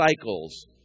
cycles